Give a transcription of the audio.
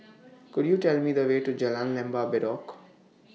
Could YOU Tell Me The Way to Jalan Lembah Bedok